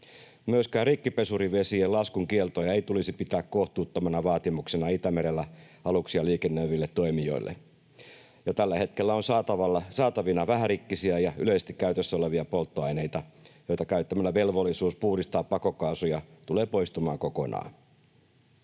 Myöskään rikkipesurivesien laskun kieltoja ei tulisi pitää kohtuuttomana vaatimuksena Itämerellä aluksia liikennöiville toimijoille. Ja tällä hetkellä on saatavana vähärikkisiä ja yleisesti käytössä olevia polttoaineita, joita käyttämällä velvollisuus puhdistaa pakokaasuja tulee poistumaan kokonaan.